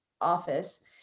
office